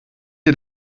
ihr